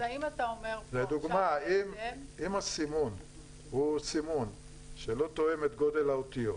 לדוגמה, אם הסימון לא תואם את גודל האותיות,